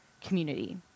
community